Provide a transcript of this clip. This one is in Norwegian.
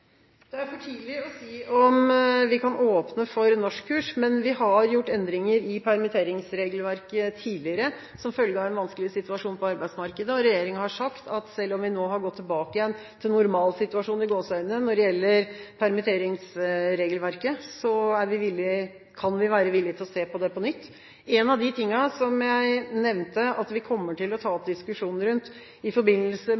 Det er for tidlig å si om vi kan åpne for norskkurs, men vi har gjort endringer i permitteringsregelverket tidligere som følge av en vanskelig situasjon på arbeidsmarkedet, og regjeringen har sagt at selv om vi nå har gått tilbake igjen til «normalsituasjon» når det gjelder permitteringsregelverket, kan vi være villig til å se på det på nytt. En av de tingene som jeg nevnte at vi kommer til å ta